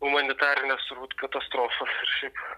humanitarinės turbūt katastrofos ir šiaip